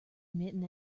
emitting